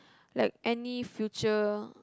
like any future